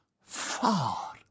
Far